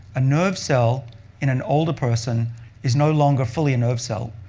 a nerve cell in an older person is no longer fully a nerve cell.